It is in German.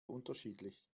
unterschiedlich